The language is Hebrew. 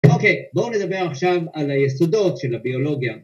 אוקיי, בואו נדבר עכשיו על היסודות של הביולוגיה.